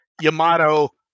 Yamato